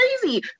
crazy